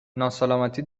ناسلامتی